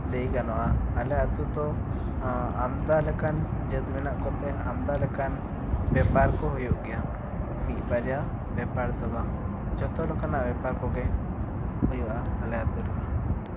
ᱞᱟᱹᱭ ᱜᱟᱱᱚᱜᱼᱟ ᱟᱞᱮ ᱟᱛᱳ ᱫᱚ ᱟᱢᱫᱟ ᱞᱮᱠᱟᱱ ᱡᱟᱹᱛ ᱢᱮᱱᱟᱜ ᱠᱚᱛᱮ ᱟᱢᱫᱟ ᱞᱮᱠᱟᱱ ᱵᱮᱯᱟᱨ ᱠᱚ ᱦᱩᱭᱩᱜ ᱜᱮᱭᱟ ᱢᱤᱫ ᱵᱟᱡᱟᱨ ᱵᱮᱯᱟᱨ ᱫᱚ ᱵᱟᱝ ᱡᱷᱚᱛᱚ ᱞᱮᱠᱟᱱ ᱵᱮᱯᱟᱨ ᱦᱩᱭᱩᱜᱼᱟ ᱟᱞᱮ ᱟᱞᱮ ᱟᱛᱳ ᱨᱮᱫᱚ